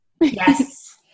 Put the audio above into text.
yes